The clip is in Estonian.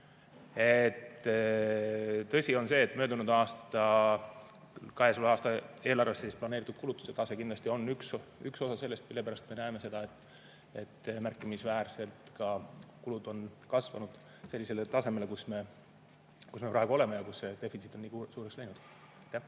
Tõsi on see, et möödunud aasta, käesoleva aasta eelarvesse planeeritud kulutuste tase on kindlasti üks osa sellest, mille pärast me näeme seda, et märkimisväärselt on kulud kasvanud sellisele tasemele, kus me praegu oleme ja kus see defitsiit on nii suureks läinud. Jaak